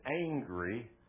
angry